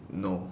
no